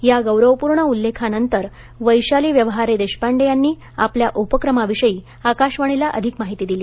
या गौरवपूर्ण उल्लेखानंतर वैशाली व्यवहारे देशपांडे यांनी आपल्या उपक्रमाविषयी आकाशवाणीला अधिक माहिती दिली